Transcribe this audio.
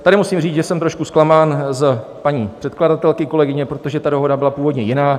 Tady musím říct, že jsem trošku zklamán z paní předkladatelky, kolegyně, protože ta dohoda byla původně jiná.